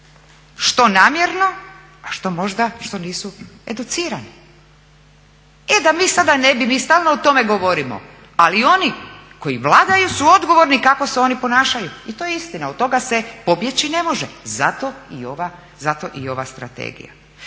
Što namjerno a što možda što nisu educirani. E da mi sada ne bi, mi stalno o tome govorimo ali oni koji vladaju su odgovorni kako se oni ponašaju i to je istina, od toga se pobjeći ne može zato i ova strategija.